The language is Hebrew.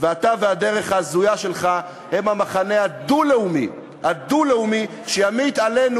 ואתה והדרך ההזויה שלכם אתם המחנה הדו-לאומי שימיט עלינו,